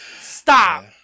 Stop